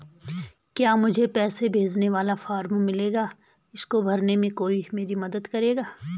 क्या मुझे पैसे भेजने वाला फॉर्म मिलेगा इसको भरने में कोई मेरी मदद करेगा?